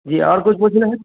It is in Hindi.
जी और कुछ पूछना है